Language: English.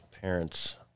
parents